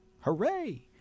Hooray